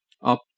up